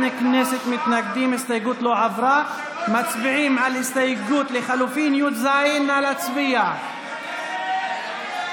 ההסתייגות (9) לחלופין (טז) של קבוצת סיעת יהדות